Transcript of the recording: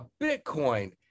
Bitcoin